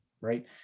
Right